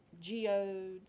geodes